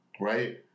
Right